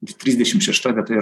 ir trisdešimt šešta vieta yra